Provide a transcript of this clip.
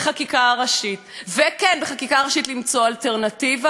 בחקיקה הראשית למצוא אלטרנטיבה למי שאחינו